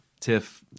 tiff